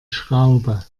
schraube